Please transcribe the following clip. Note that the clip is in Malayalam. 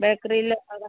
ബേക്കറിയിൽ